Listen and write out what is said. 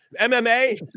MMA